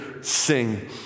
sing